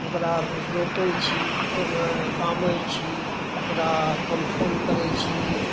ओकरा रोपै छी ओहिमे तामै छी कंठौन करै छी